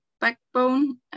backbone